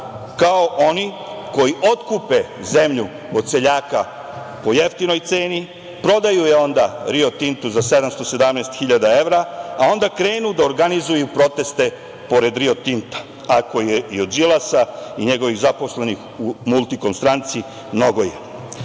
kao oni koji otkupe zemlju od seljaka po jeftinoj ceni, prodaju je onda „Rio Tintu“ za 717.000 evra, a onda krenu da organizuju proteste pored „Rio Tinta“. Ako je i od Đilasa i njegovih zaposlenih u multikom stranci, mnogo je. To